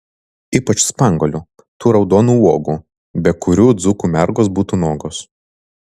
ypač spanguolių tų raudonų uogų be kurių dzūkų mergos būtų nuogos